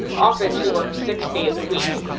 often, she worked six days a week.